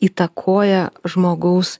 įtakoja žmogaus